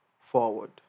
forward